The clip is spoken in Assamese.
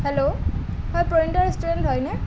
হেল্ল হয় পৰিনিতা ৰেষ্টুৰেণ্ট হয়নে